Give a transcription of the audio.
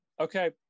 Okay